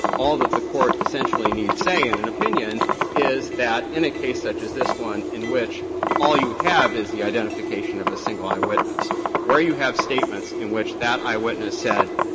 all that the court essentially need say in an opinion is that in a case such as this one, in which all you have is the identification of a single eyewitness where you have statements in which that eyewitness said,